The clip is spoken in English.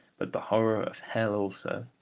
but the horror of hell also.